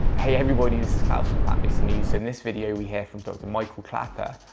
hey everybody. this is klaus from plant-based news. in this video we hear from dr. michael clapper,